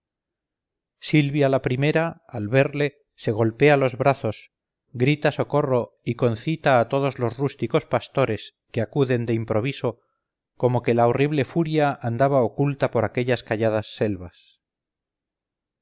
silvia la primera al verle se golpea los brazos grita socorro y concita a todos los rústicos pastores que acuden de improviso como que la horrible furia andaba oculta por aquellas calladas selvas